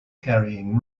carrying